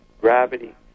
gravity